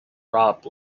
robbed